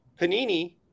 Panini